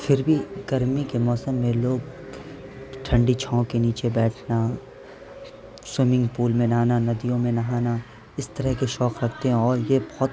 پھر بھی گرمی کے موسم میں لوگ ٹھنڈی چھاؤں کے نیچے بیٹھنا سوئمنگ پول میں نہانا ندیوں میں نہانا اس طرح کے شوق رکھتے ہیں اور یہ بہت